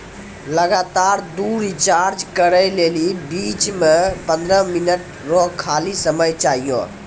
लगातार दु रिचार्ज करै लेली बीच मे पंद्रह मिनट रो खाली समय चाहियो